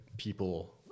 People